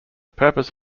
purpose